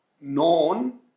known